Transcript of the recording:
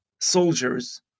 soldiers